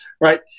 Right